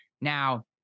Now